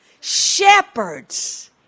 Shepherds